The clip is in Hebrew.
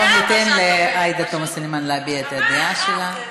בואו ניתן לעאידה תומא סלימאן להביע את הדעה שלה.